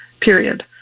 period